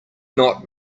not